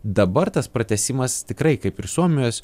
dabar tas pratęsimas tikrai kaip ir suomijos